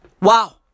Wow